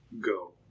go